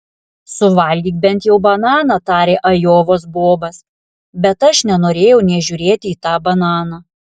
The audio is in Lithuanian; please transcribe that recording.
suvalgyk bent jau bananą tarė ajovos bobas bet aš nenorėjau nė žiūrėti į tą bananą